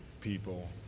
people